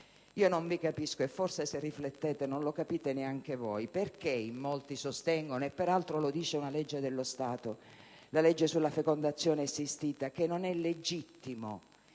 Io non vi capisco e forse, se riflettete, non lo capite neanche voi: perché in molti sostengono (peraltro lo stabilisce una legge dello Stato, quella sulla fecondazione assistita) che non è legittimo